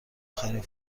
آخرین